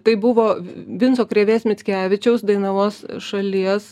tai buvo vinco krėvės mickevičiaus dainavos šalies